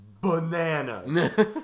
bananas